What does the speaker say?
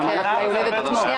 זה המענק ליולדת עצמו.